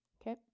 okay